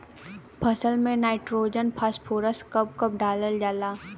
फसल में nitrogen phosphorus कब कब डालल जाला?